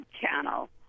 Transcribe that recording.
channel